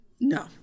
No